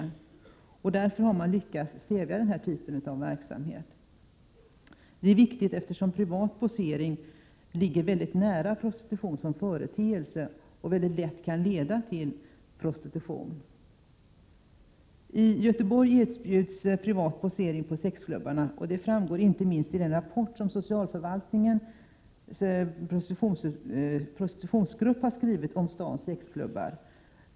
Därför har man lyckats stävja den här typen av verksamhet. Det är viktigt, eftersom privat posering ligger väldigt nära prostitution som företeelse och mycket lätt kan leda till prostitution. I Göteborg erbjuds privat posering på sexklubbarna. Det framgår inte minst av den rapport som socialförvaltningens prostitutionsgrupp skrivit om stadens sexklubbar.